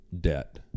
debt